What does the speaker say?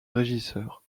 régisseur